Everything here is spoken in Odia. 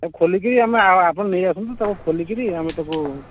ତାକୁ ଖୋଲିକି ଆମେ ଆପଣ ନେଇ ଆସନ୍ତୁ ତାକୁ ଖୋଲିକରି ଆମେ ତାକୁ